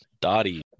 Dottie